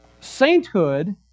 Sainthood